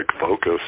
focus